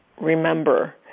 remember